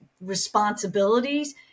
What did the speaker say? responsibilities